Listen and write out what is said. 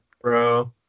Bro